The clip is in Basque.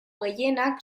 gehienak